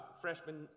freshman